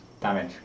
Damage